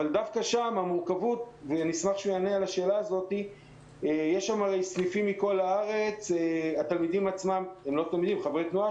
אבל יש שם סניפים מכל הארץ וחברי התנועה